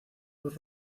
los